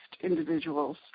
individuals